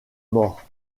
morts